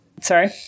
Sorry